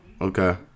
okay